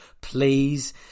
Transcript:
Please